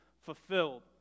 fulfilled